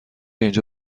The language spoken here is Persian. اینجا